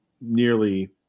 nearly